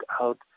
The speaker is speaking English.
out